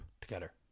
together